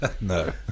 no